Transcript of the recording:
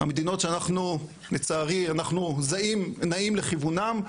מדינות שלצערי אנחנו נעים לכיוונם,